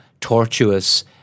tortuous